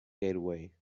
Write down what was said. getaway